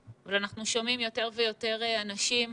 אבל אנחנו שומעים יותר ויותר אנשים,